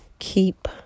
Keep